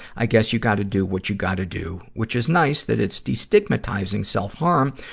i guess you gotta do what you gotta do which is nice that it's destigmatizing self-harm,